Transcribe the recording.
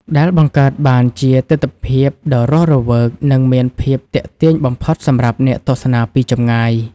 ដែលបង្កើតបានជាទិដ្ឋភាពដ៏រស់រវើក និងមានភាពទាក់ទាញបំផុតសម្រាប់អ្នកទស្សនាពីចម្ងាយ។